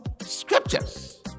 scriptures